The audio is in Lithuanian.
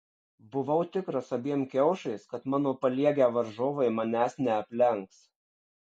buvau tikras abiem kiaušais kad mano paliegę varžovai manęs neaplenks